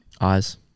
Eyes